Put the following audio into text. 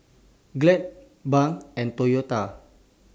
Glad Braun and Toyota